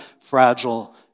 fragile